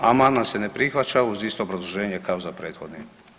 Amandman se ne prihvaća uz isto obrazloženje kao za prethodni.